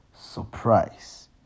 surprise